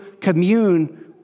commune